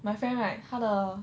my friend right 他的